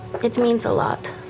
it means a lot.